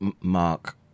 Mark